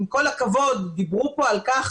עם כל הכבוד דיברו פה על כך